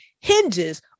hinges